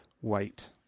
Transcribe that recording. white